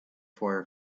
for